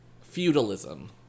Feudalism